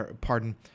pardon